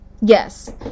Yes